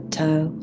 toe